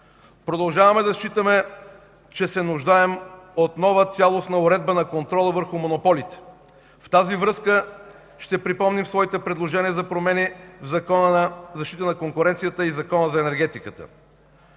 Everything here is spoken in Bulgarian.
Продължаваме да считаме, че се нуждаем от нова цялостна уредба на контрола върху монополите. В тази връзка ще припомним своите предложения за промени в Закона за защита на конкуренцията и Закона за енергетиката.